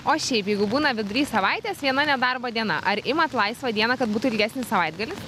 o šiaip jeigu būna vidury savaitės viena nedarbo diena ar imat laisvą dieną kad būtų ilgesnis savaitgalis